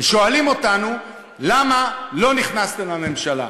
שואלים אותנו: למה לא נכנסתם לממשלה?